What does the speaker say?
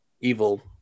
evil